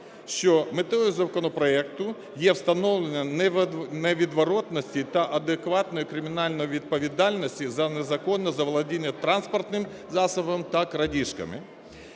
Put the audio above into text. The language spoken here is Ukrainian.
що метою законопроекту є встановлення невідворотності та адекватної кримінальної відповідальності за незаконне заволодіння транспортним засобом та крадіжками.